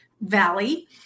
valley